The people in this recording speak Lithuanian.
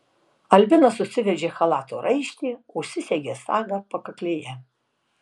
albina susiveržė chalato raištį užsisegė sagą pakaklėje